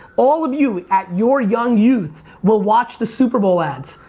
all of you at your young youth will watch the super bowl ads.